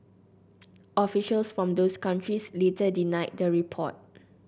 officials from those countries later denied the report